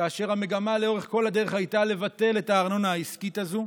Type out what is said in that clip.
כאשר המגמה לאורך כל הדרך הייתה לבטל את הארנונה העסקית הזו.